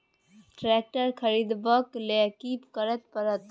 Tractor खरीदबाक लेल की करय परत?